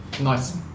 Nice